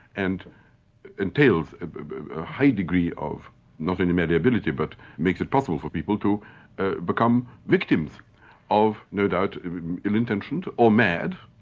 and entails a high degree of not only malleability but makes it possible for people to become victims of no doubt ill-intentioned, or mad,